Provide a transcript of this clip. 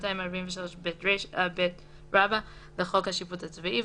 ו-243ב לחוק השיפוט הצבאי,